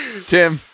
Tim